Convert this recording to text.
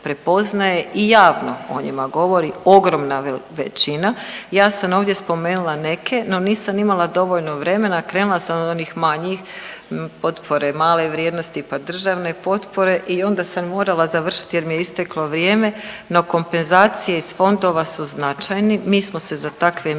i javno o njima govori ogromna većina. Ja sam ovdje spomenula neke, no nisam imala dovoljno vremena. Krenula sam od onih manjih, potpore male vrijednosti, pa državne potpore i onda sam morala završiti jer mi je isteklo vrijeme. No kompenzacije iz fondova su značajni. Mi smo se za takve mjere